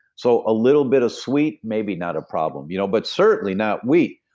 so a little bit of sweet maybe not a problem, you know but certainly not wheat,